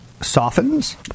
Softens